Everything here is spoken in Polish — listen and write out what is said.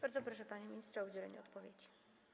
Bardzo proszę, panie ministrze, o udzielenie odpowiedzi.